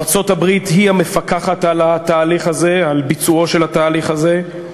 ארצות-הברית היא המפקחת על ביצועו של התהליך הזה.